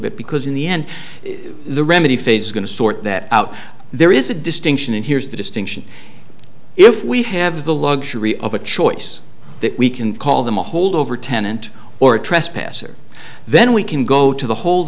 bit because in the end the remedy phase is going to sort that out there is a distinction and here's the distinction if we have the luxury of a choice that we can call them a holdover tenant or a trespasser then we can go to the hold